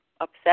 upset